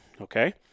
Okay